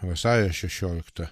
vasario šešioliktą